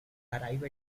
arrive